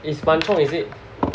it's Ban Chong is it